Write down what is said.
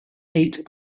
eight